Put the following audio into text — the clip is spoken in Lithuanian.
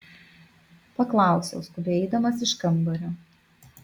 paklausiau skubiai eidamas iš kambario